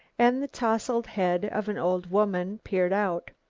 and the towsled head of an old woman peered out.